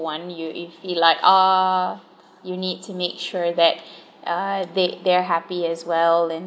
one you if he like uh you need to make sure that uh they they're happy as well and